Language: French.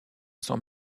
sans